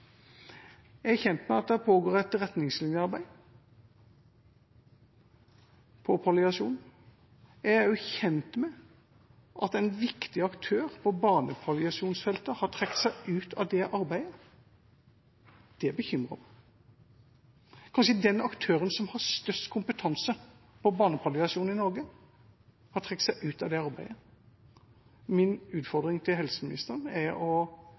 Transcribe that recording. Jeg er kjent med at det pågår et retningslinjearbeid på palliasjon. Jeg er også kjent med at en viktig aktør på barnepalliasjonsfeltet har trukket seg ut av det arbeidet. Det bekymrer meg – den aktøren som kanskje har størst kompetanse på barnepalliasjon i Norge, har trukket seg ut av det arbeidet. Min utfordring til helseministeren er å